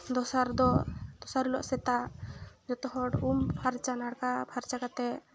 ᱫᱚᱥᱟᱨ ᱫᱚ ᱫᱚᱥᱟᱨ ᱦᱤᱞᱳᱜ ᱥᱮᱛᱟᱜ ᱡᱚᱛᱚ ᱦᱚᱲ ᱩᱢ ᱯᱷᱟᱨᱪᱟ ᱱᱟᱲᱠᱟ ᱯᱷᱟᱨᱪᱟ ᱠᱟᱛᱮᱫ